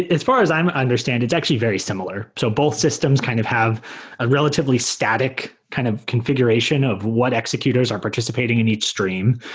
as far as i understand, it's actually very similar. so both systems kind of have a relatively static kind of configuration of what executors are participating in each stream.